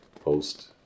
post